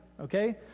okay